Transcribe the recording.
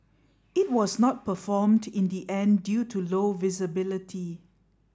it was not performed in the end due to low visibility